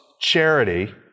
charity